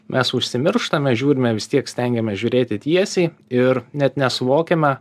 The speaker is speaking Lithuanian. mes užsimirštame žiūrime vis tiek stengiamės žiūrėti tiesiai ir net nesuvokiame